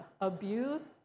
abuse